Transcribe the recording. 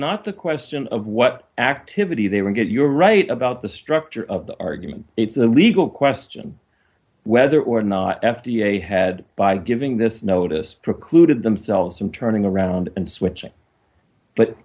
not the question of what activity they would get your right about the structure of the argument it's a legal question whether or not f d a had by giving this notice precluded themselves from turning around and switching but